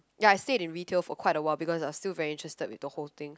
ya I stayed in retail for quite awhile because I still very interested with the whole thing